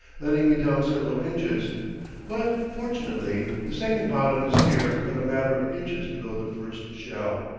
letting me down several inches but, fortunately, the second bottom is here but a matter of inches below the first shell,